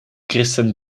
christen